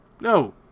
No